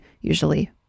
usually